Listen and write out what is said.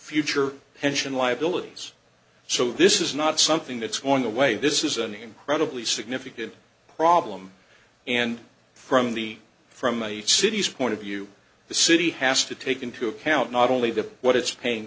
future pension liabilities so this is not something that's going away this is an incredibly significant problem and from the from a city's point of view the city has to take into account not only the what it's pain